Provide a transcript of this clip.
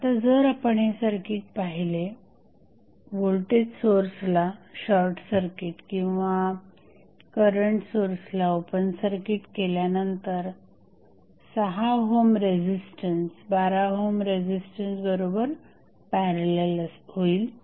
आता जर आपण हे सर्किट पाहिले व्होल्टेज सोर्सला शॉर्टसर्किट आणि करंट सोर्सला ओपन सर्किट केल्यानंतर 6 ओहम रेझिस्टन्स 12 ओहम रेझिस्टन्स बरोबर पॅरलल होईल